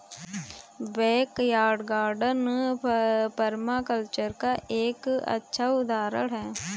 backyard garden permaculture का एक अच्छा उदाहरण हैं